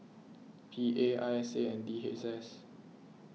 P A I S A and D H S